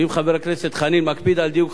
ואם חבר הכנסת חנין מקפיד על דיוק,